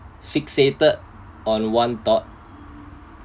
fixated on one dot